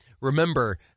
Remember